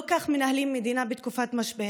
לא כך מנהלים מדינה בתקופת משבר.